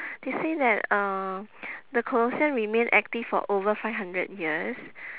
they say that uh the colosseum remain active for over five hundred years